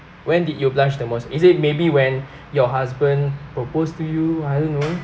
when did you blush the most is it maybe when your husband proposed to you I don't know